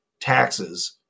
taxes